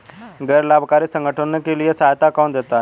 गैर लाभकारी संगठनों के लिए सहायता कौन देता है?